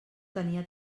tenia